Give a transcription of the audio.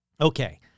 Okay